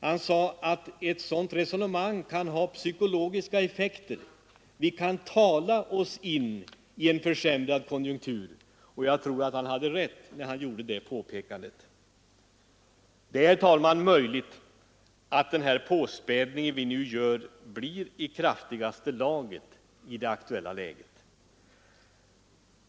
Han menade att ett sådant resonemang kan ha psykologiska effekter — vi kan tala oss in i en försämrad konjunktur. Jag tror att han hade rätt i det påpekandet. Det är möjligt att den påspädning vi nu gör blir i kraftigaste laget i det aktuella läget.